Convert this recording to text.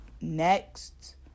next